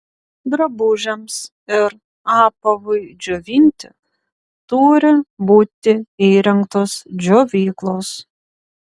drabužiams ir apavui džiovinti turi būti įrengtos džiovyklos